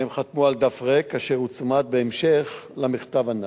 הם חתמו על דף ריק אשר הוצמד בהמשך למכתב הנ"ל.